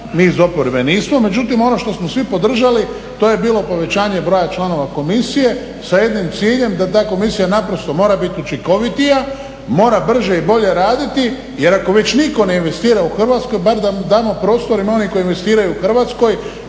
mi iz oporbe nismo. Međutim, ono što smo svi podržali to je bilo povećanje broja članova komisije sa jednim ciljem da ta komisija naprosto mora bit učinkovitija, mora brže i bolje raditi jer ako već nitko ne investira u Hrvatskoj bar da mu damo prostor. Ima onih koji investiraju u Hrvatskoj